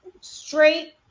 straight